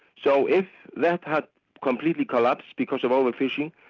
so if that had completely collapsed because of over-fishing,